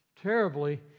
terribly